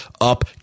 up